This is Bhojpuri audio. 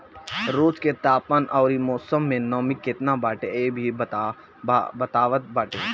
रोज के तापमान अउरी मौसम में नमी केतना बाटे इ भी बतावत बाटे